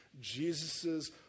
Jesus's